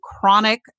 chronic